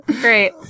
Great